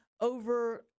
over